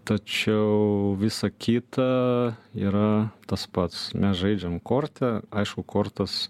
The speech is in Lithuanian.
tačiau visa kita yra tas pats mes žaidžiam korte aišku kortas